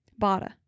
Bada